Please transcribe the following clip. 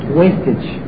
wastage